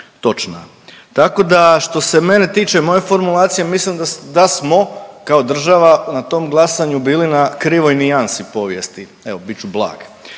točna. Tako da što se mene tiče, moje formulacije mislim da smo kao država na tom glasanju bili na krivoj nijansi povijesti, evo bit ću blag.